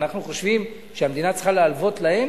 אנחנו חושבים שהמדינה צריכה להלוות להם